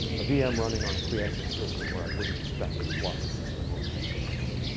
a vm running on a quiescent system where i wouldn't expect there was lots of system overhead going on.